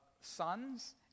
sons